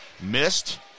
missed